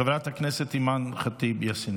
חברת הכנסת אימאן ח'טיב יאסין,